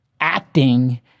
acting